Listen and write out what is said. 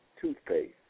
toothpaste